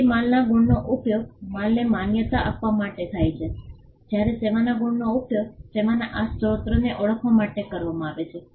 તેથી માલના ગુણનો ઉપયોગ માલને માન્યતા આપવા માટે થાય છે જ્યારે સેવાના ગુણનો ઉપયોગ સેવાના આ સ્રોતને ઓળખવા માટે કરવામાં આવે છે